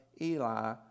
Eli